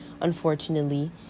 unfortunately